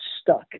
stuck